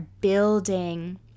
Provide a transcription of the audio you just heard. building